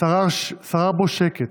שרר בו שקט,